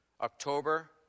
October